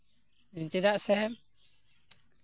ᱪᱮᱫᱟᱜ ᱥᱮ